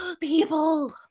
people